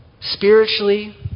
spiritually